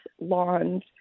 lawns